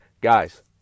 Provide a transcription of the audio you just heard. guys